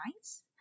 nice